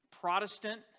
Protestant